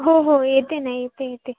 हो हो येते ना येते येते